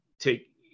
take